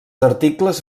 articles